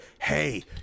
hey